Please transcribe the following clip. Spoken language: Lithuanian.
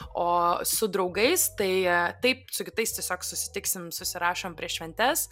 o su draugais tai taip su kitais tiesiog susitiksim susirašom prieš šventes